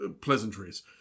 pleasantries